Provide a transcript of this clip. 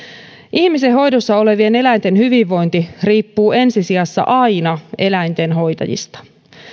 ihmisen hoidossa olevien eläinten hyvinvointi riippuu ensi sijassa aina eläinten hoitajista